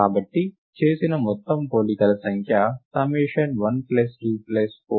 కాబట్టి చేసిన మొత్తం పోలికల సంఖ్య summation 1 plus 2 plus four plus six